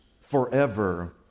forever